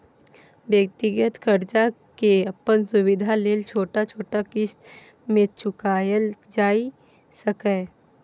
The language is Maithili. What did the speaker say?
व्यक्तिगत कर्जा के अपन सुविधा लेल छोट छोट क़िस्त में चुकायल जाइ सकेए